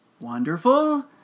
wonderful